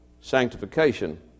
sanctification